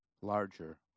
larger